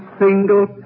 single